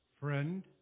Friend